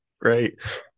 Great